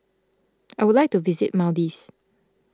I would like to visit Maldives